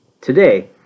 Today